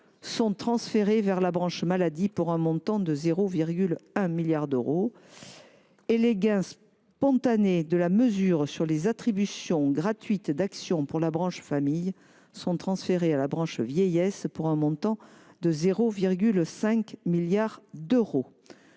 sont transférés vers la branche maladie pour un montant de 0,1 milliard d’euros et les gains spontanés sur les attributions gratuites d’actions pour la branche famille sont transférés à la branche vieillesse pour un montant de 0,5 milliard d’euros.